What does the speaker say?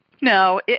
No